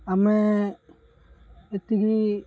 ଆମେ ଏତିକି